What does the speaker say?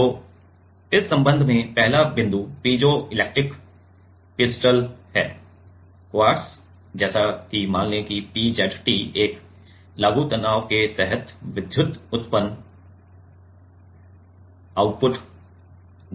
तो इस संबंध में पहला बिंदु पीजो इलेक्ट्रिक क्रिस्टल है क्वार्ट्ज जैसे की मान लें कि PZT एक लागू तनाव के तहत विद्युत उत्पादन आउटपुट देता है